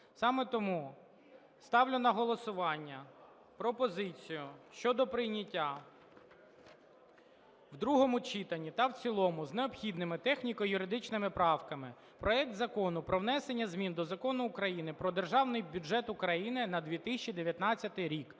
Саме тому ставлю на голосування пропозицію щодо прийняття в другому читанні та в цілому з необхідними техніко-юридичними правками проект Закону про внесення змін до Закону України "Про Державний бюджет України на 2019 рік"